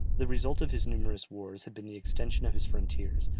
the result of his numerous wars had been the extension of his frontiers,